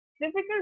difficult